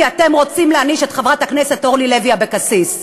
כי אתם רוצים להעניש את חברת הכנסת אורלי לוי אבקסיס.